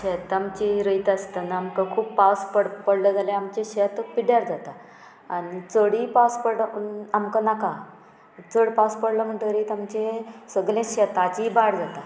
शेत आमची रोयता आसतना आमकां खूब पावस पड पडलो जाल्यार आमचें शेत पिड्ड्यार जाता आनी चडय पावस पडलो आमकां नाका चड पावस पडलो म्हणटरीत आमचें सगलें शेताची इबाड जाता